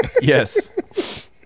Yes